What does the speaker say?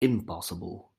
impossible